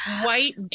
white